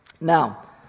Now